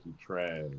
trash